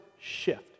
shift